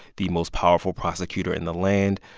the most powerful prosecutor in the land.